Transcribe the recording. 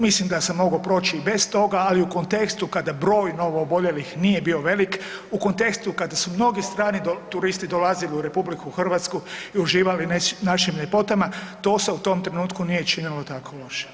Mislim da sam mogao proći i bez toga, ali u kontekstu kada broj novooboljelih nije bio velik, u kontekstu kada su mnogi strani turisti dolazili u RH i uživali u našim ljepotama to se u tom trenutku nije činilo tako loše.